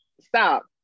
Stop